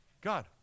God